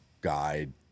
guide